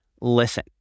listen